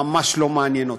ממש לא מעניין אותי.